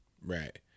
Right